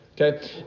okay